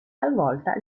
talvolta